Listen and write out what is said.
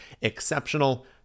exceptional